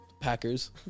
Packers